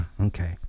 Okay